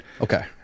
Okay